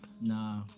nah